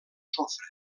sofre